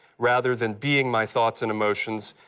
rather than being my thoughts and emotions,